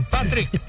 Patrick